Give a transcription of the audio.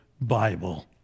Bible